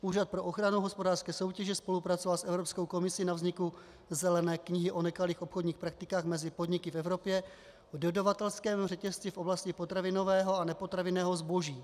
Úřad pro ochranu hospodářské soutěže spolupracoval s Evropskou komisí na vzniku Zelené knihy o nekalých obchodních praktikách mezi podniky v Evropě v dodavatelském řetězci v oblasti potravinového a nepotravinového zboží.